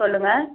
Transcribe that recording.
சொல்லுங்கள்